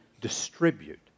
distribute